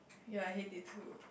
ya I hate it too